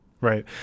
Right